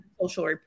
social